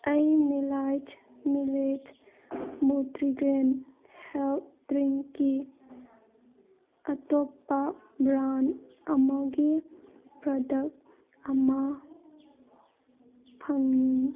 ꯑꯩ millet millet multigrain health ꯗ꯭ꯔꯤꯡꯀꯤ ꯑꯇꯣꯞꯄ ꯕ꯭ꯔꯥꯟ ꯑꯃꯒꯤ ꯄ꯭ꯔꯗꯛ ꯑꯃ ꯐꯪꯉꯤ